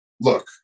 Look